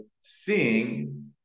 seeing